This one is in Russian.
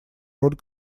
роль